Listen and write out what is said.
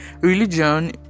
religion